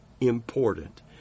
important